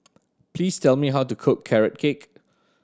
please tell me how to cook Carrot Cake